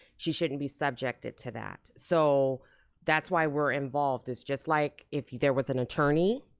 she shouldn't be subjected to that. so that's why we're involved, is just like if there was an attorney,